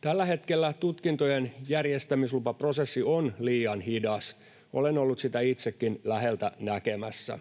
Tällä hetkellä tutkintojen järjestämislupaprosessi on liian hidas. Olen ollut sitä itsekin läheltä näkemässä,